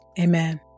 Amen